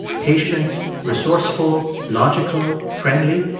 patient, resourceful, logical, friendly.